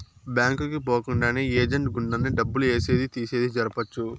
bank కి పోకుండానే agent గుండానే డబ్బులు ఏసేది తీసేది జరపొచ్చు